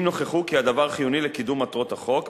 אם נוכחו כי הדבר חיוני לקידום מטרות החוק.